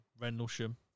Rendlesham